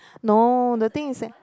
no the thing is that